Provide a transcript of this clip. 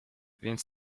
więc